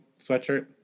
sweatshirt